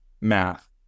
math